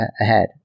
ahead